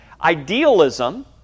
Idealism